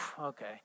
okay